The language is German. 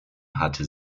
hatte